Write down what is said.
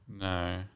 No